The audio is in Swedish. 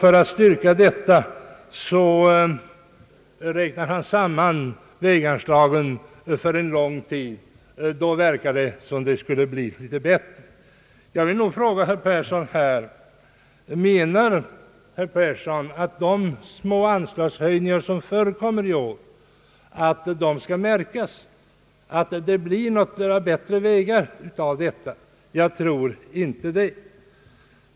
För att styrka detta räknar han samman väganslagen för en lång tid, då verkar det som om det skulle bli litet bättre. Jag vill nog fråga herr Persson: Menar herr Persson att de små anslagshöjningar som förekommit i år kommer att märkas i form av bättre vägar? Jag tror inte det.